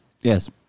Yes